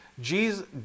Jesus